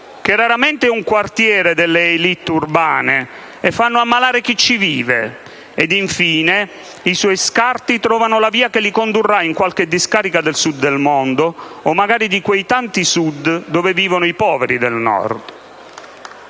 che raramente è un quartiere delle *élite* urbane, e fanno ammalare chi ci vive; ed infine i suoi scarti trovano la via che li condurrà in qualche discarica del sud del mondo o magari di quei tanti sud dove vivono i poveri del nord.